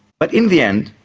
but in the end,